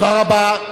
תודה רבה.